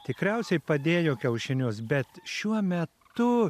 tikriausiai padėjo kiaušinius bet šiuo metu